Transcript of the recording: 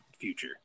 future